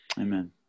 Amen